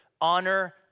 honor